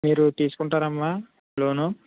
మీరు తీసుకుంటారా అమ్మ లోను